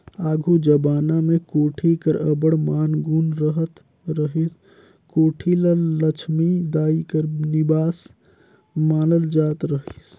आघु जबाना मे कोठी कर अब्बड़ मान गुन रहत रहिस, कोठी ल लछमी दाई कर निबास मानल जात रहिस